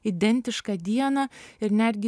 identišką dieną ir netgi